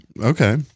Okay